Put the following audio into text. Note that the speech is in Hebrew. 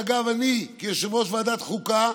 שאגב, אני, כיושב-ראש ועדת חוקה,